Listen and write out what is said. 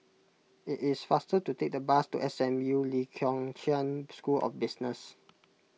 it is faster to take the bus to S M U Lee Kong Chian School of Business